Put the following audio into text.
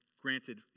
granted